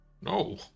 No